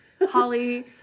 Holly